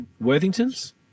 Worthington's